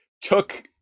took